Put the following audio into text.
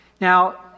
Now